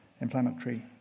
inflammatory